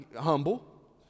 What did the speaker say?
humble